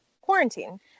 quarantine